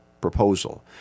proposal